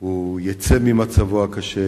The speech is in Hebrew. שהוא יצא ממצבו הקשה,